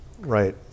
right